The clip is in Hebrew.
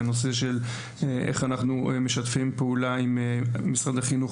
בנושא של איך אנחנו משתפים פעולה עם משרד החינוך